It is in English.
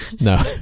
No